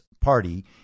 party